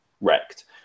wrecked